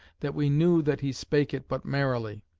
that we knew that he spake it but merrily,